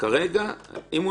אנחנו